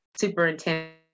superintendent